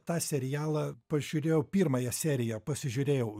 tą serialą pažiūrėjau pirmąją seriją pasižiūrėjau